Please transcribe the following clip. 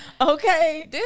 okay